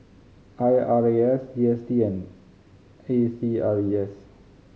I R A S G S T and A C R E S